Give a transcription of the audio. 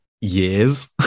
years